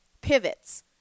pivots